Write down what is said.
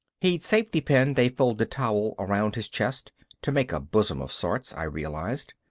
he'd safety-pinned a folded towel around his chest to make a bosom of sorts, i realized.